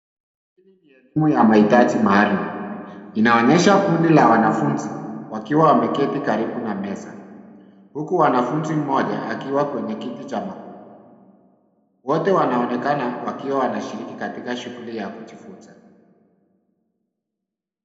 Hii ni elimu ya mahitaji maalum inaonyesha kundi la wanafunzi wakiwa wameketi karibu na meza huku wanafunzi mmoja akiwa kwenye kiti cha magurudumu. Wote wanaonekana wakiwa wanashiriki katika shughuli ya kujifunza.